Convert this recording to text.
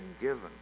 given